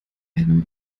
einem